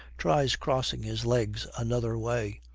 tries crossing his legs another way.